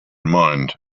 mind